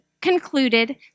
concluded